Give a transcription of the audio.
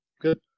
Good